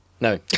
No